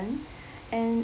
payment and